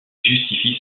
justifie